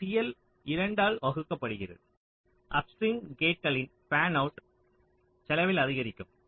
L 2 ஆல் வகுக்கப்படுகிறது upstream கேட்களின் ஃபேன்அவுட்டை அதிகரிக்கும் செலவில்